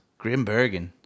Grimbergen